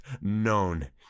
known